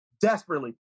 desperately